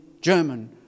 German